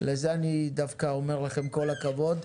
על זה אני אומר לכם דווקא כל הכבוד,